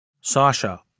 Sasha